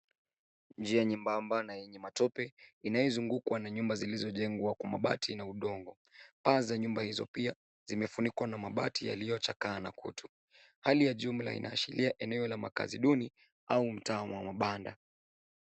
Njia nyembamba na yenye matope inayozungukwa na nyumba zilizojengwa kwa mabati na udongo paa za nyumba hizo pia zimefunikwa na mabati yaliyochakaa na kutu hali ya jumla inaashiria eneo la makaazi duni au mtaa wa mabanda.